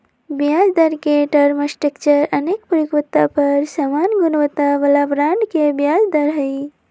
ब्याजदर के term structure अनेक परिपक्वता पर समान गुणवत्ता बला बॉन्ड के ब्याज दर हइ